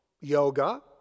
yoga